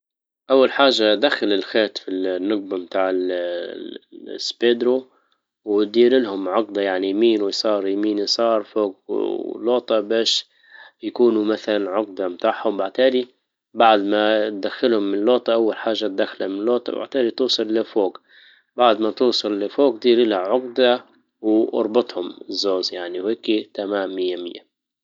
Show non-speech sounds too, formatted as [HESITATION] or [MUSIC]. اول حاجة دخل الخيط في النجبة بتاع الـ- [HESITATION] السبيدرو ودير لهم عجدة يعني يمين ويسار ويمين ويسار فوج ولوطة باش يكونوا مثلا العجدة متاحهم بعتادى بعدما تدخلهم اللقطة اول حاجة تدخل اللقطة بعتادى توصل لفوج بعد ما توصل لفوج دير لها عجدة واربطهم جوز يعني وهيكى تمام مية مية